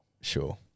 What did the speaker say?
Sure